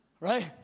right